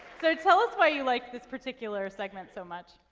so, tell us why you like this particular segment so much.